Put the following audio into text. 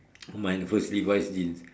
oh my first Levi's jeans